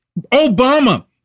Obama